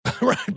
Right